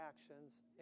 actions